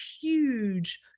huge